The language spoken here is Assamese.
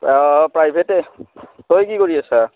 অঁ প্ৰাইভেটেই তই কি কৰি আছা